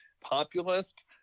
Populist